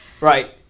Right